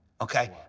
Okay